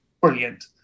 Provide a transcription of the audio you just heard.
brilliant